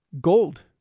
gold